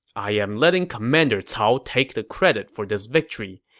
i am letting commander cao take the credit for this victory.